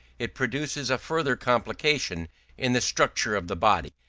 it produces a further complication in the structure of the body,